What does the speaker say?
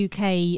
UK